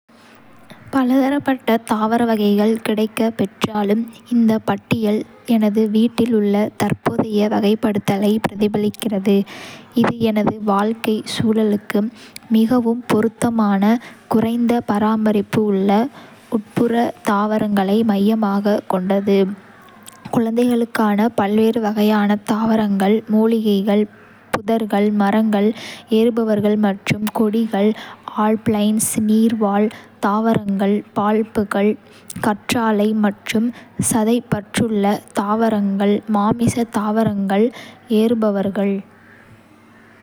பலதரப்பட்ட தாவர வகைகள் கிடைக்கப் பெற்றாலும், இந்தப் பட்டியல் எனது வீட்டில் உள்ள தற்போதைய வகைப்படுத்தலைப் பிரதிபலிக்கிறது, இது எனது வாழ்க்கைச் சூழலுக்கு மிகவும் பொருத்தமான குறைந்த பராமரிப்பு உள்ள உட்புற தாவரங்களை மையமாகக் கொண்டது. குழந்தைகளுக்கான பல்வேறு வகையான தாவரங்கள் மூலிகைகள், புதர்கள், மரங்கள், ஏறுபவர்கள், மற்றும் கொடிகள். ஆல்பைன்ஸ். நீர்வாழ் தாவரங்கள். பல்புகள், கற்றாழை மற்றும் சதைப்பற்றுள்ள தாவரங்கள். மாமிச தாவரங்கள்.ஏறுபவர்கள்.